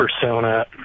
persona